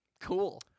Cool